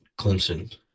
Clemson